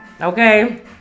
okay